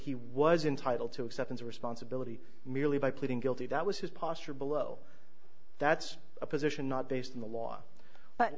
he was entitled to acceptance of responsibility merely by pleading guilty that was his posture below that's a position not based in the law but